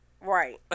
Right